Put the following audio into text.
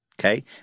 okay